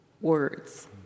words